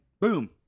boom